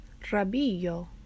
Rabillo